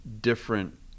different